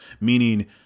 meaning